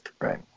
right